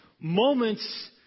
moments